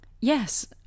Yes